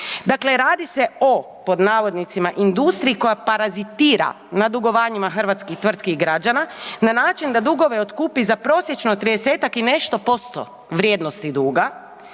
Dakle, radi se o pod navodnicima industriji koja parazitira na dugovanjima hrvatskih tvrtki i građana na način da dugove otkupi za prosječno 30-tak i nešto posto vrijednosti duga,